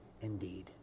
indeed